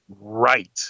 right